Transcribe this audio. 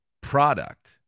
product